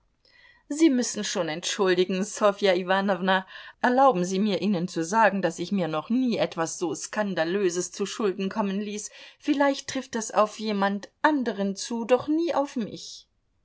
sie müssen schon entschuldigen ssofja iwanowna erlauben sie mir ihnen zu sagen daß ich mir noch nie etwas so skandalöses zuschulden kommen ließ vielleicht trifft das auf jemand anderen zu doch nie auf mich